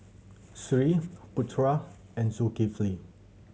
Sri Putra and Zulkifli